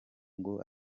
ngo